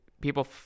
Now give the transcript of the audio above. people